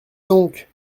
donc